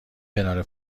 کنار